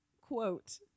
Quote